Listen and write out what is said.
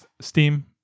steam